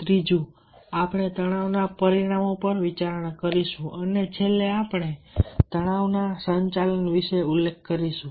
ત્રીજું આપણે તણાવ ના પરિણામો પર વિચારણા કરીશું અને છેલ્લે આપણે તણાવ ના સંચાલન વિશે ઉલ્લેખ કરીશું